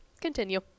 Continue